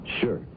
Sure